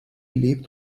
lebt